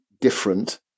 different